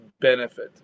benefit